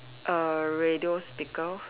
a radio speaker